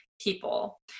people